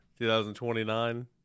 2029